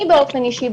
אני באופן אישי,